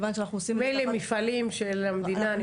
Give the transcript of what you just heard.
מילא מפעלים של המדינה.